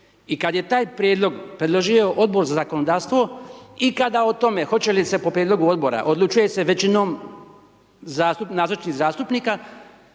i kada je taj prijedlog predložio Odbor za zakonodavstvo i kada o tome hoće li se po prijedlogu Odbora odlučuje se većinom nazočnih zastupnika,